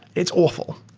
it's awful,